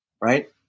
right